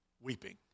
weeping